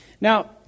Now